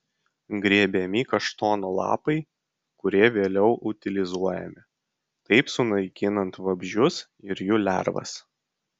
grėbiami kaštonų lapai kurie vėliau utilizuojami taip sunaikinant vabzdžius ir jų lervas